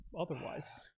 otherwise